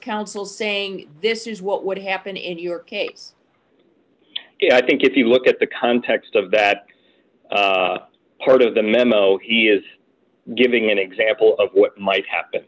counsel saying this is what would happen in your case i think if you look at the context of that part of the memo he is giving an example of what might happen